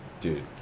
dude